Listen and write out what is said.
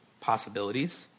possibilities